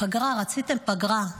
רציתם פגרה.